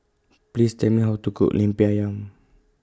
Please Tell Me How to Cook Lemper Ayam